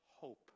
hope